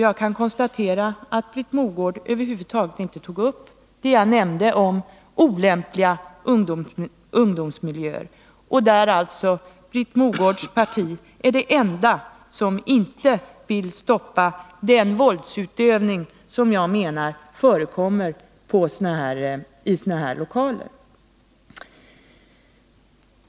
Jag kan konstatera att Britt Mogård över huvud taget inte tog upp det jag nämnde om olämpliga ungdomsmiljöer. Britt Mogårds parti är alltså det enda som inte vill stoppa den våldsutövning som jag menar förekommer i sådana här lokaler.